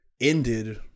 ended